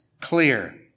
clear